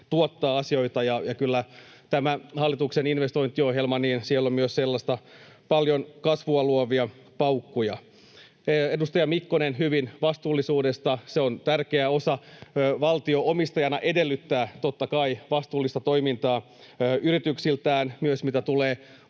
tuottaa asioita. Ja kyllä tässä hallituksen investointiohjelmassa on myös sellaisia paljon kasvua luovia paukkuja. Edustaja Mikkonen, hyvin vastuullisuudesta — se on tärkeä osa. Valtio omistajana edellyttää, totta kai, vastuullista toimintaa yrityksiltään, myös mitä tulee